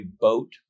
boat